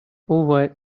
over